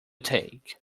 take